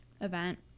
event